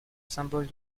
symbole